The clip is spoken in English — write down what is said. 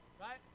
right